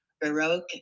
Baroque